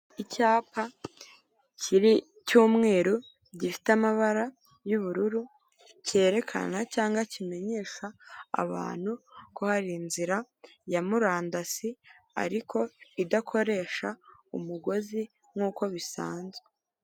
Icyapa kiri cy'umweru gifite amabara y'ubururu cyerekana cyangwa kimenyesha abantu ko hari inzira ya murandasi ariko idakoresha umugozi nkuko bisanzwe.